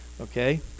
Okay